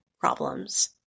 problems